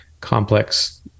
complex